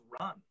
run